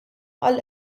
għall